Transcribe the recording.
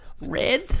Red